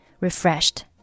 refreshed